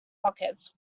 pockets